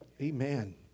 Amen